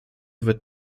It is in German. wird